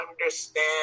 understand